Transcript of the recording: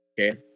Okay